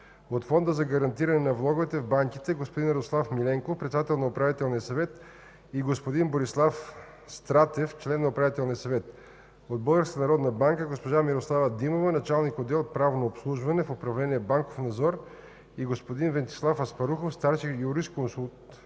от Фонда за гарантиране на влоговете в банките: господин Радослав Миленков – председател на Управителния съвет, и господин Борислав Стратев – член на Управителния съвет; - от Българската народна банка: госпожа Мирослава Димова – началник-отдел „Правно обслужване” в управление „Банков надзор”, и господин Венцислав Аспарухов – старши юрисконсулт